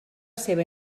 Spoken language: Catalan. seva